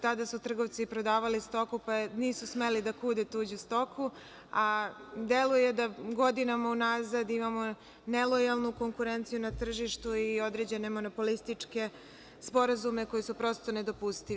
Tada su trgovci prodavali stoku, pa nisu smeli da kude tuđu stoku, a deluje da godinama unazad imamo nelojalnu konkurenciju na tržištu i određene monopolističke sporazume koji su prosto nedopustivi.